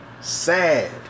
Sad